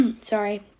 Sorry